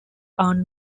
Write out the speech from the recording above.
are